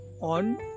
on